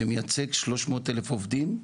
שמיצג 300,000 עובדים,